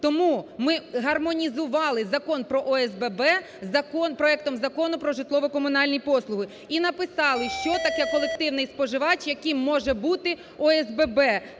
Тому ми гармонізували Закон про ОСББ проектом Закону "Про житлово-комунальні послуги" і написали, що таке "колективний споживач", яким може бути ОСББ.